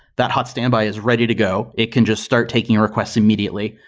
that hot standby is ready to go. it can just start taking requests immediately,